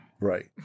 Right